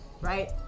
right